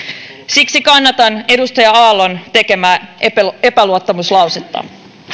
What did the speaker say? siksi kannatan edustaja aallon tekemää epäluottamuslausetta